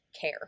care